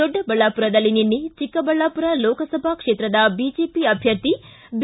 ದೊಡ್ಡಬಳ್ಳಾಪುರದಲ್ಲಿ ನಿನ್ನೆ ಚಿಕ್ಕಬಳ್ಳಾಪುರ ಲೋಕಸಭಾ ಕ್ಷೇತ್ರದ ಬಿಜೆಪಿ ಅಭ್ಯರ್ಥಿ ಬಿ